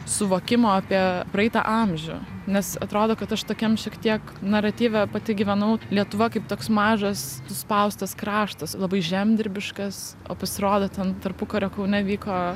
suvokimo apie praeitą amžių nes atrodo kad aš tokiam šiek tiek naratyve pati gyvenau lietuva kaip toks mažas suspaustas kraštas labai žemdirbiškas o pasirodo ten tarpukario kaune vyko